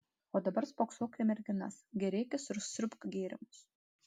o dabar spoksok į merginas gėrėkis ir siurbk gėrimus